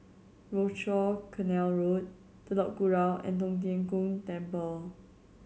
Rochor Canal Road Telok Kurau and Tong Tien Kung Temple